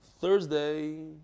Thursday